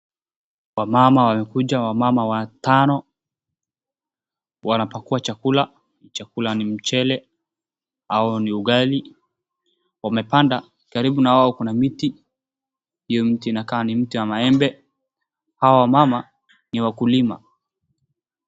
Wamama wamekuja wamama watano. Wanapakua chakula, chakuaa ni mchele au ni ugali. Wamepanda, karibu na wao kuna miti, hiyo miti inakaa ni miti ya maembe. Hawa wamama ni wakulima.